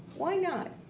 why not?